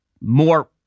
more